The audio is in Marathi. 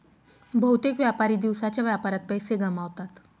बहुतेक व्यापारी दिवसाच्या व्यापारात पैसे गमावतात